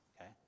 Okay